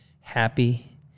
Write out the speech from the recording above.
happy